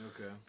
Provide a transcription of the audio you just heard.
okay